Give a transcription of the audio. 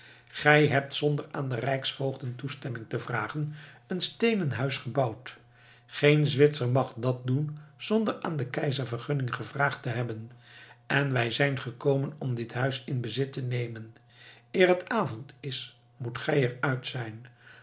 gij hebt zonder aan de rijksvoogden toestemming te vragen een steenen huis gebouwd geen zwitser mag dat doen zonder aan den keizer vergunning gevraagd te hebben en wij zijn gekomen om dit huis in bezit te nemen eer het avond is moet gij er uit zijn